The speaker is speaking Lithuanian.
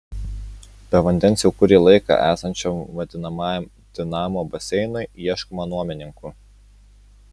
be vandens jau kurį laiką esančiam vadinamajam dinamo baseinui ieškoma nuomininkų